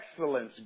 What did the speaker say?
excellence